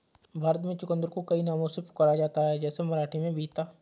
भारत में चुकंदर को कई नामों से पुकारा जाता है जैसे मराठी में बीता